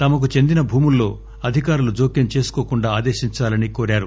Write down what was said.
తమకు చెందిన భూముల్లో అధికారులు జోక్యం చేసుకోకుండా ఆదేశిందాలని కోరారు